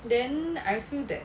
then I feel that